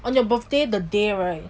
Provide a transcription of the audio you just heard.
on your birthday the day right